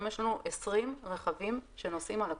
היום יש לנו 20 רכבים שנוסעים על הכביש,